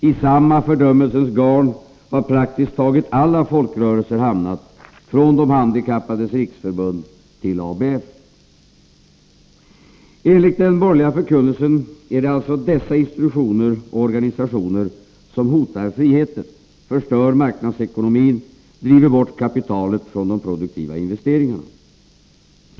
I samma fördömdelsens garn har praktiskt taget alla folkrörelser hamnat, från De Handikappades riksförbund till ABF. Enligt den borgerliga förkunnelsen är det alltså dessa institutioner och organisationer som hotar friheten, förstör marknadsekonomin och driver bort kapitalet från de produktiva investeringarna.